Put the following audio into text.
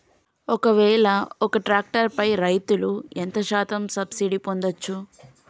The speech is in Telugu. ఒక్కవేల ఒక్క ట్రాక్టర్ పై రైతులు ఎంత శాతం సబ్సిడీ పొందచ్చు?